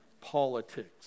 politics